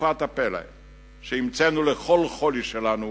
תרופת הפלא שהמצאנו לכל חולי שלנו